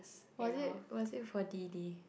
was it was it for Dee Dee